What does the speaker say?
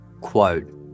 Quote